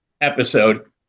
episode